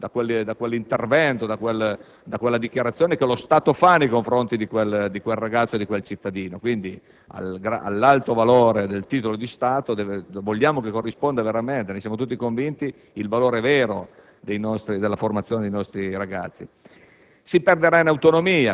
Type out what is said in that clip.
vero determinato dal titolo di Stato, da quella dichiarazione che lo Stato fa nei confronti di quel ragazzo, di quel cittadino. Pertanto all'alto valore del titolo di Stato vogliamo che corrisponda veramente - ne siamo tutti convinti - il vero